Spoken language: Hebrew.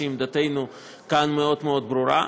ועמדתנו כאן מאוד מאוד ברורה,